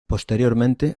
posteriormente